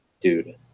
dude